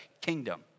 kingdom